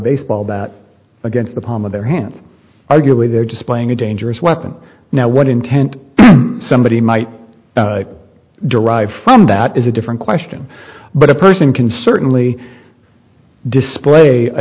baseball bat against the palm of their hand arguably they're just playing a dangerous weapon now what intent somebody might derive from that is a different question but a person can certainly display